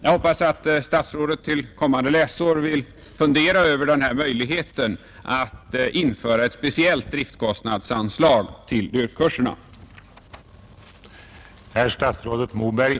Jag hoppas att statsrådet till kommande läsår vill fundera över denna möjlighet att införa ett speciellt driftkostnadsanslag till DYRK-kurserna.